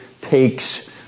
takes